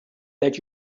that